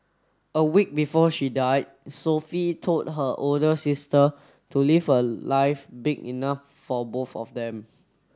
a week before she died Sophie told her older sister to live a life big enough for both of them